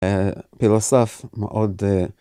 פילוסוף מאוד